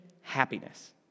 Happiness